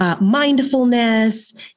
Mindfulness